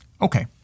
Okay